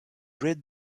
rid